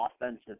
offensive